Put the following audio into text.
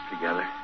together